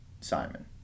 Simon